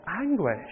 anguish